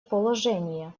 положения